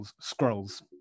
Scrolls